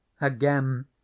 Again